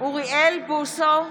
אוריאל בוסו,